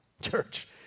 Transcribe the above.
Church